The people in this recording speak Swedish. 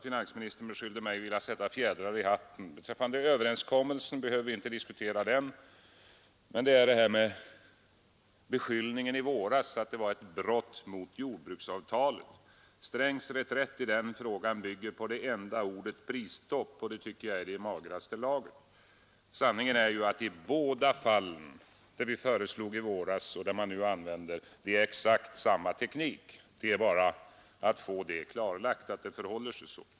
Finansministern beskyllde mig för att vilja sätta fjädrar i hatten. Vi behöver inte diskutera överenskommelsen, men jag vill säga något om beskyllningen i våras om att den var ett brott mot jordbruksavtalet. Herr Strängs reträtt i denna fråga bygger på det enda ordet prisstopp, vilket jag tycker är i det magraste laget. Sanningen är ju att i båda fallen — det vi föreslog i våras och det man nu föreslår — användes exakt samma teknik. Det gäller bara att få klarlagt att det förhåller sig så.